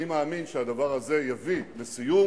אני מאמין שהדבר הזה יביא לסיום.